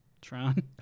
Tron